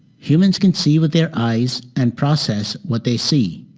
humans can see with their eyes and process what they see.